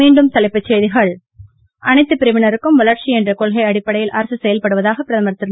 மீண்டும் தலைப்பு செய்திகள் அனைத்து பிரிவினருக்கும் வளர்ச்சி என்ற கொள்கை அடிப்படையில் அரசு செயல்படுவதாக பிரதமர் திரு